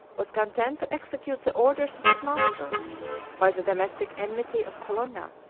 was content to execute the orders of his master by the domestic enmity of colonna,